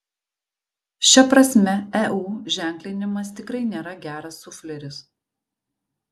šia prasme eu ženklinimas tikrai nėra geras sufleris